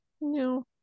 No